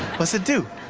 what's it do?